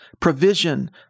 provision